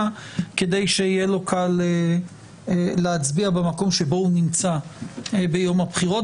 כדי שיהיה לו קל להצביע במקום שבו הוא נמצא ביום הבחירות.